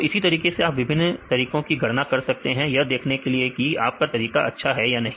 तो इसी तरीके से आप विभिन्न तरीकों की गणना कर सकते हैं यह देखने के लिए कि आप का तरीका अच्छा है या नहीं